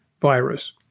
virus